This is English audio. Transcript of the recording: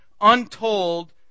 untold